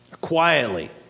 Quietly